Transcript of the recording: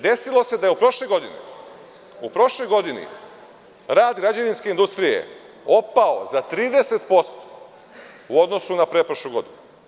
Desilo se da je u prošloj godini rad građevinske industrije opao za 30% u odnosu na pretprošlu godinu.